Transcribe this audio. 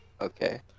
Okay